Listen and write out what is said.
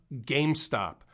GameStop